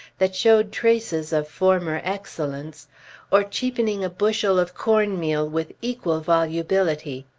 that showed traces of former excellence or cheapening a bushel of corn meal with equal volubility.